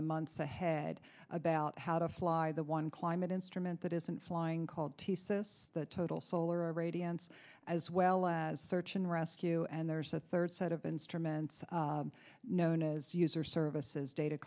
the months ahead about how to fly the one climate instrument that isn't flying called t c s the total solar radiance as well as search and rescue and there's a third set of instruments known as user services data